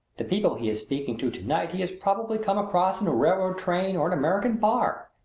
the people he is speaking to to-night he has probably come across in a railroad train or an american bar.